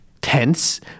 tense